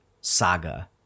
saga